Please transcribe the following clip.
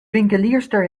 winkelierster